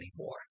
anymore